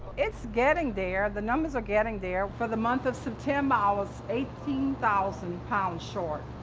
it's getting there. the numbers are getting there. for the month of september, i was eighteen thousand pounds short.